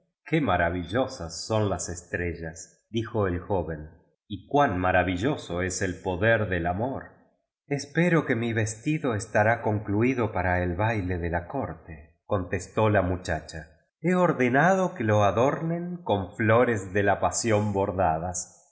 iqué maravillosas son las estrellas dijo el joven y cuán maravilloso es el poder del araori espero que mi vestido estará concluido para el baile de la corte contestó la muchacha he ordenado que lo adornen con flores de la pasión bordadas